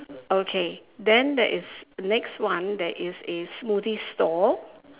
okay then there is next one there is a smoothie stall